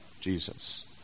Jesus